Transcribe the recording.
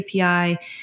API